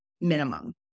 minimum